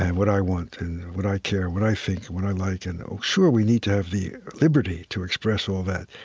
and what i want and what i care, what i think and what i like. and oh sure, we need to have the liberty to express all that,